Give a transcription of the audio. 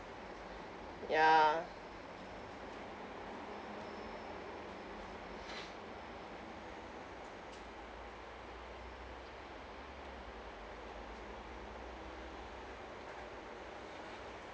ya